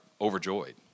overjoyed